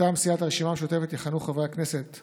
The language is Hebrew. מטעם סיעת הרשימה המשותפת יכהנו חברי הכנסת